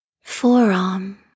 forearm